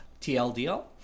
TLDL